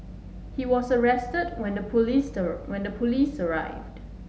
he was arrested when the police when the police arrived